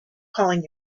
calling